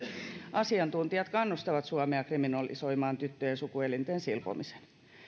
asiantuntijat kannustavat suomea kriminalisoimaan tyttöjen sukuelinten silpomisen